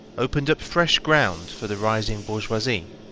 opened up fresh ground for the rising bourgeoisie.